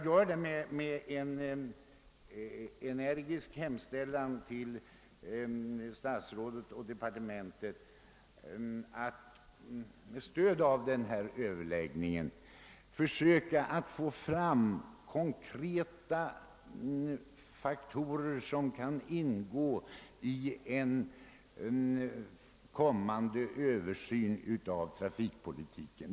Samtidigt vill jag uppmana statsrådet att försöka få fram konkreta fakta som kan ingå i en kommande översyn av trafikpolitiken.